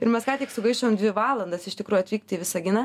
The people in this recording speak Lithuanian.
ir mes ką tik sugaišom dvi valandas iš tikrųjų atvykti į visaginą